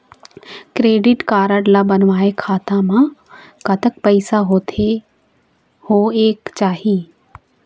Credit card ला बनवाए खाता मा कतक पैसा होथे होएक चाही?